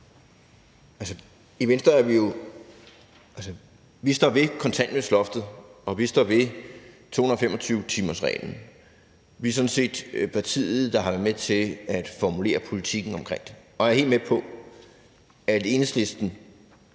står vi ved kontanthjælpsloftet, og vi står ved 225-timersreglen. Vi er sådan set partiet, der har været med til at formulere politikken omkring det, og vi er helt med på, at Enhedslisten